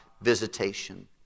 visitation